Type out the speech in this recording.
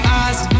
eyes